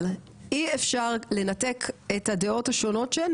אבל אי אפשר לנתק את הדעות השונות שהן